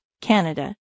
Canada